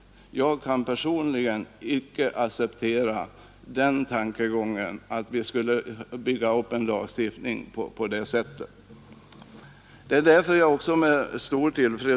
Jag kan personligen icke acceptera att lagstiftningen byggs på sådana tankegångar.